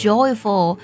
Joyful